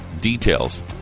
details